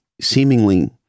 seemingly